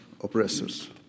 oppressors